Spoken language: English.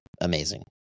amazing